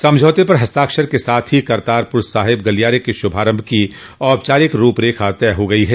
समझौते पर हस्ताक्षर के साथ ही करतारपुर साहिब गलियारे के शुभारंभ की औपचारिक रूपरेखा तय हो गई है